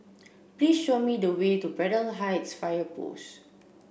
please show me the way to Braddell Heights Fire Post